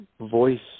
voice